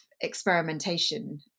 experimentation